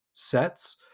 sets